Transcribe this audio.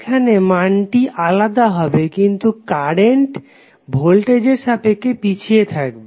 এখানে মানটি আলাদা হবে কিন্তু কারেন্ট ভোল্টেজের সাপেক্ষে পিছিয়ে থাকবে